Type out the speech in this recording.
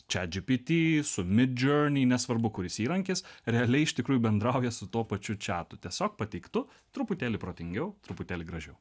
chat gpt su mid journey nesvarbu kuris įrankis realiai iš tikrųjų bendrauja su tuo pačiu čatu tiesiog pateiktu truputėlį protingiau truputėlį gražiau